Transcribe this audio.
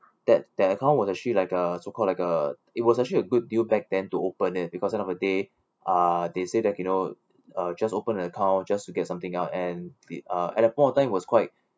that that account was actually like a so called like a it was actually a good deal back then to open it because end of a day ah they say they can you know uh just open an account just to get something out and the uh at that point of time was quite